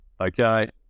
okay